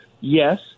yes